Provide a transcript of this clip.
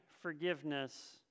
forgiveness